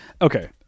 okay